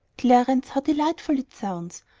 clarence, how delightful it sounds!